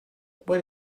what